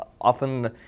often